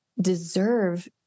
deserve